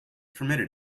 permitted